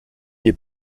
des